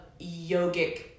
yogic